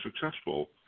successful